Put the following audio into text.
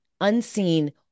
unseen